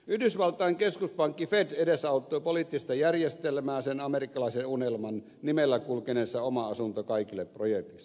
yhdysvaltain keskuspankki fed edesauttoi poliittista järjestelmää sen amerikkalaisen unelman nimellä kulkeneessa oma asunto kaikille projektissa